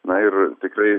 na ir tikrai